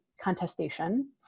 contestation